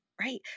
right